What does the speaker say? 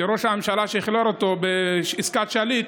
שראש הממשלה שחרר אותו בעסקת שליט.